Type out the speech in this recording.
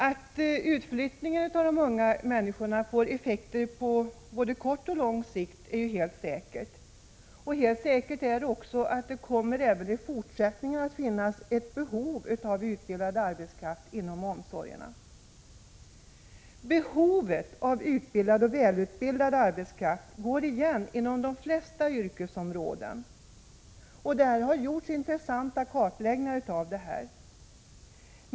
Att flyttning av de unga människorna får effekter på både kort och lång sikt är helt säkert liksom också att det även fortsättningsvis kommer att finnas ett behov av utbildad arbetskraft inom omsorgsyrkena. Behovet av välutbildad arbetskraft går igen inom de flesta yrkesområden. Därför har det gjorts intressanta kartläggningar.